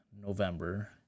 November